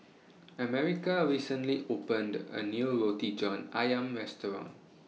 America recently opened A New Roti John Ayam Restaurant